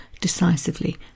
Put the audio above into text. decisively